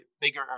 bigger